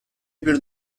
bir